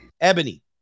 Ebony